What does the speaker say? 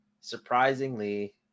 Surprisingly